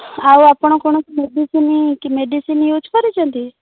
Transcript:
ଆଉ ଆପଣ କୌଣସି ମେଡ଼ିସିନ୍ କି ମେଡ଼ିସିନ୍ ୟୁଜ୍ କରୁଛନ୍ତି